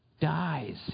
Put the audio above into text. dies